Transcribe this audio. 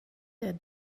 der